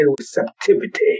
receptivity